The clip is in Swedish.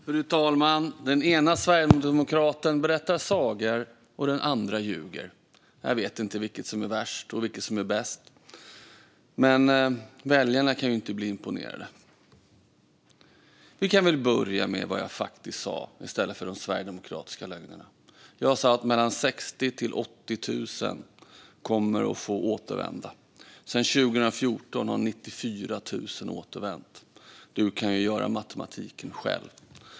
Fru talman! Den ena sverigedemokraten berättar sagor, och den andra ljuger. Jag vet inte vilket som är värst och vilket som är bäst. Men väljarna kan inte bli imponerade. Vi kan väl börja med vad jag faktiskt sa i stället för de sverigedemokratiska lögnerna. Jag sa att mellan 60 000 och 80 000 kommer att få återvända. Sedan 2014 har 94 000 återvänt. Du kan göra matematiken själv.